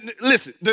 listen